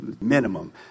minimum